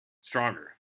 Stronger